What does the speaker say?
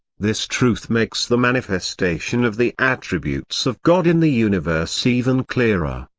this truth makes the manifestation of the attributes of god in the universe even clearer.